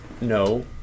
No